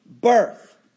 birth